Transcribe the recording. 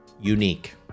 unique